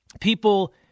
people